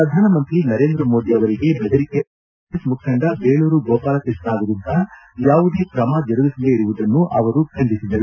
ಪ್ರಧಾನಮಂತ್ರಿ ನರೇಂದ್ರ ಮೋದಿ ಅವರಿಗೆ ಬೆದರಿಕೆ ಪಾಕಿರುವ ಕಾಂಗ್ರೆಸ್ ಮುಖಂಡ ಬೇಳೂರು ಗೋಪಾಲಕೃಷ್ಣ ವಿರುದ್ಧ ಯಾವುದೇ ಕ್ರಮ ಜರುಗಿಸದೇ ಇರುವುದನ್ನು ಅವರು ಖಂಡಿಸಿದರು